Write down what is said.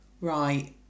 Right